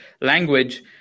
language